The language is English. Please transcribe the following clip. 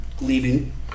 leaving